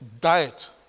diet